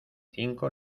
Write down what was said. cinco